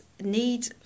Need